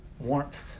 warmth